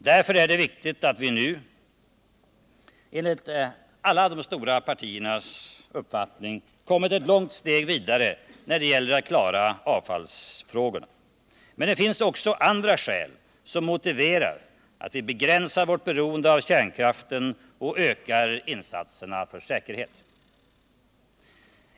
Därför är det viktigt att vi nu — enligt alla de stora partiernas uppfattning — kommit ett långt steg vidare när det gäller att klara avfallsfrågorna. Men det finns också andra skäl som motiverar att vi begränsar vårt beroende av kärnkraften och ökar insatserna för säkerhet.